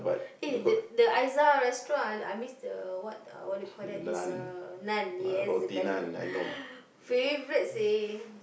eh the the Ayza restaurant I I miss the what what do you call that this uh Naan yes the garlic Naan favourite seh